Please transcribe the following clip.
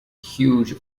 huge